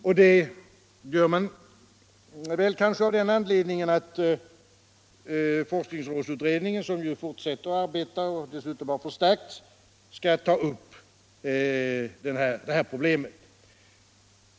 Anledningen till det är kanske att forskningsrådsutredningen, som fortsätter att arbeta och dessutom har förstärkts, skall ta upp det här problemet.